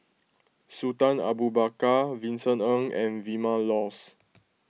Sultan Abu Bakar Vincent Ng and Vilma Laus